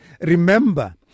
remember